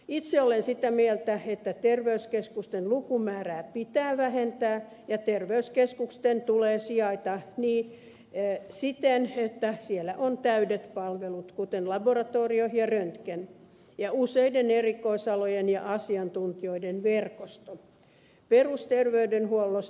itse olen sitä mieltä että terveyskeskusten lukumäärää pitää vähentää ja terveyskeskusten tulee sijaita siten että siellä on täydet palvelut kuten laboratorio ja röntgen ja useiden erikoisalojen ja asiantuntijoiden verkosto